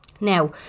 Now